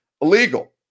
illegal